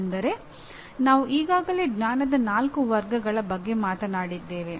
ಅಂದರೆ ನಾವು ಈಗಾಗಲೇ ಜ್ಞಾನದ ನಾಲ್ಕು ವರ್ಗಗಳ ಬಗ್ಗೆ ಮಾತನಾಡಿದ್ದೇವೆ